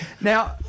Now